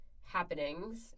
happenings